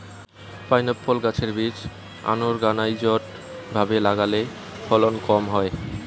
pineapple গাছের বীজ unorganised ভাবে লাগালে ফলন কম হয়